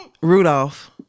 Rudolph